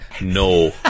No